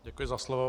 Děkuji za slovo.